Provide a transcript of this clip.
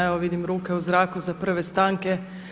Evo vidim ruke u zraku za prve stanke.